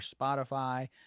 spotify